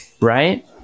right